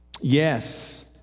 Yes